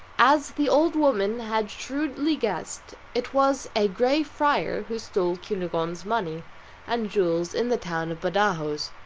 as the old woman had shrewdly guessed, it was a grey friar who stole cunegonde's money and jewels in the town of badajos,